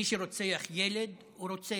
מי שרוצח ילד הוא רוצח.